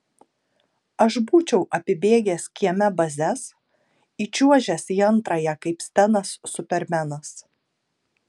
aš būčiau apibėgęs kieme bazes įčiuožęs į antrąją kaip stenas supermenas